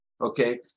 okay